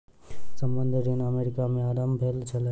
संबंद्ध ऋण अमेरिका में आरम्भ भेल छल